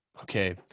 Okay